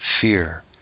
Fear